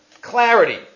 Clarity